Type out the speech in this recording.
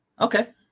Okay